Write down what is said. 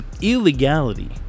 illegality